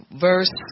Verse